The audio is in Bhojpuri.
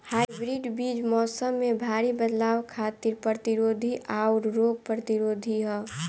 हाइब्रिड बीज मौसम में भारी बदलाव खातिर प्रतिरोधी आउर रोग प्रतिरोधी ह